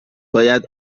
باید